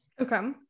Okay